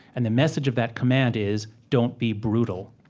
and the message of that command is don't be brutal.